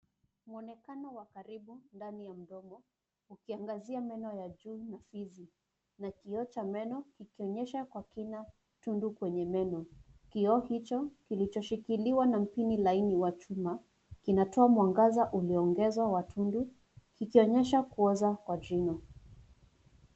Mwonekano wa karibu ndani ya mdomo ukiangazia meno ya juu na fizi na kioo cha meno ikionyesha kwa kina tundu kwenye meno, kioo hicho kilichoshikiliwa na mpini laini wa chuma kinatoa mwangaza uliongezwa watundu kikionyesha kuoza kwa jino.